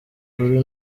kure